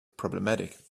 problematic